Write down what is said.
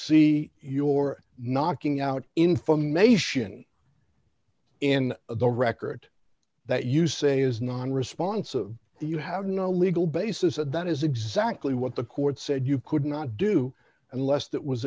see your knocking out information in the record that you say is non responsive you have no legal basis and that is exactly what the court said you could not do unless that was